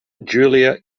julia